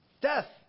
death